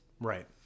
Right